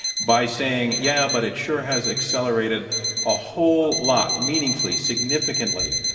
by saying, yeah, but it sure has accelerated a whole lot, meaningfully, significantly,